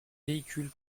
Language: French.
véhicules